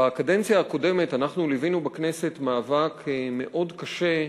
בקדנציה הקודמת ליווינו בכנסת מאבק מאוד קשה,